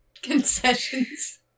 concessions